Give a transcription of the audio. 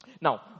Now